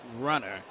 runner